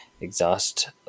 exhaust